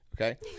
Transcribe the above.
okay